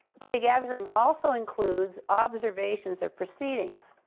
data gathering also includes observations of proceedings.